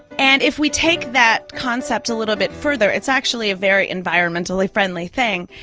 and if we take that concept a little bit further it's actually a very environmentally friendly thing.